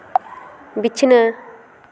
ᱵᱤᱪᱷᱱᱟᱹ